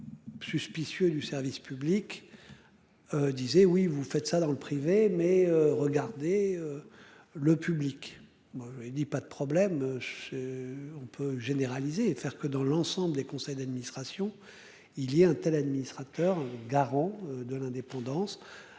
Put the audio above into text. Suspicieux du service public. Disait oui vous faites ça dans le privé, mais regardez. Le public, moi je ne dis pas de problème. On peut généraliser et faire que dans l'ensemble, les conseils d'administration. Il y a un tel administrateurs garant de l'indépendance.